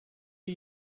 are